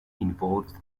involved